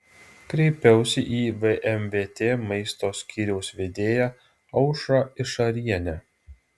kreipiausi į vmvt maisto skyriaus vedėją aušrą išarienę